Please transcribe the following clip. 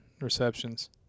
receptions